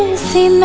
see like